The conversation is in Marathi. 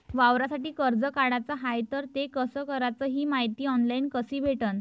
वावरासाठी कर्ज काढाचं हाय तर ते कस कराच ही मायती ऑनलाईन कसी भेटन?